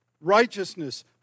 Righteousness